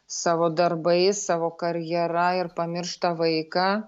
savo darbais savo karjera ir pamiršta vaiką